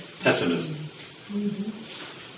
pessimism